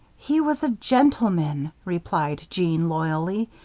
he was a gentleman, replied jeanne, loyally.